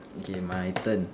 okay my turn